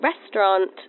restaurant